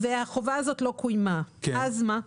והחובה הזאת לא קוימה, אז מה?